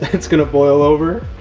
it's gonna boil over.